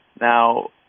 Now